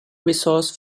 resource